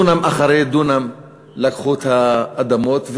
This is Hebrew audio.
דונם אחרי דונם לקחו את האדמות,